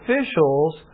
officials